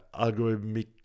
algorithmic